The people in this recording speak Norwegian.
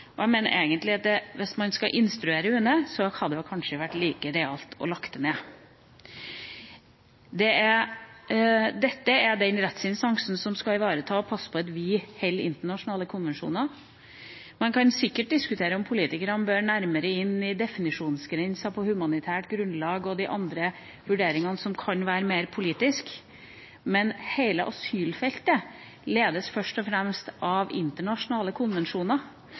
Jeg mener egentlig at hvis man skal instruere UNE, hadde det kanskje vært like realt å legge det ned. Dette er den rettsinstansen som skal ivareta og passe på at vi overholder internasjonale konvensjoner. Man kan sikkert diskutere om politikerne bør nærmere inn i definisjonsgrensene av humanitært grunnlag og de andre vurderingene som kan være mer politisk, men hele asylfeltet ledes først og fremst av internasjonale konvensjoner.